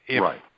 Right